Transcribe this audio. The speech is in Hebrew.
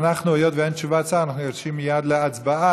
היות שאין תשובת שר, אנחנו ניגשים מייד להצבעה.